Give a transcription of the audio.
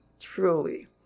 truly